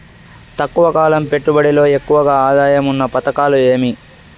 తక్కువ కాలం పెట్టుబడిలో ఎక్కువగా ఆదాయం ఉన్న పథకాలు ఏమి?